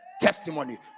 testimony